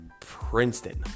Princeton